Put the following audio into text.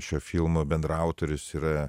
šio filmo bendraautorius yra